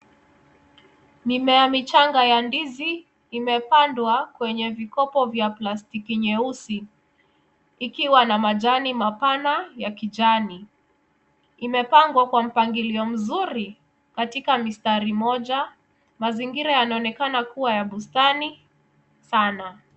Mimea michanga ya ndizi imepandwa kwenye vikopo vya plastiki nyeusi ikiwa na majani mapana ya kijani. Imepangwa kwa mpangilio mzuri katika mistari moja. Mazingira yanaonekana kuwa ya bustani sana.